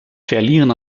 verlieren